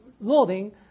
loading